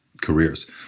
careers